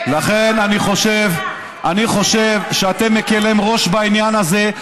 לכן אני חושב שאתם מקילים ראש בעניין הזה.